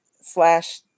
slash